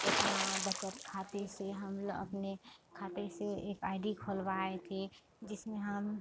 ये अपना बचत खाते से हम लो अपने खाते से एक आई डी खुलवाए थे जिसमें हम